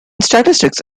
statistics